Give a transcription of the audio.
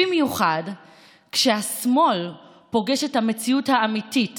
במיוחד כשהשמאל פוגש את המציאות האמיתית